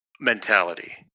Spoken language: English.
mentality